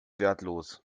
wertlos